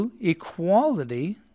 equality